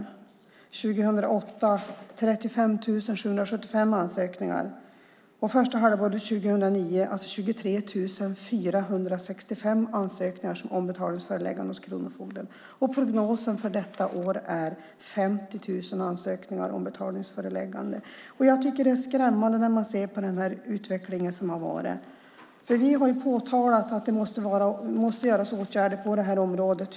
2008 var det 35 775 ansökningar, och första halvåret 2009 var det alltså 23 465 ansökningar om betalningsföreläggande hos kronofogden. Prognosen för detta år är 50 000 ansökningar om betalningsföreläggande. Det är skrämmande att se på den utveckling som har varit. Vi har påtalat hur länge som helst att det måste vidtas åtgärder på det här området.